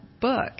book